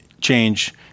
change